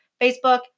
Facebook